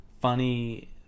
funny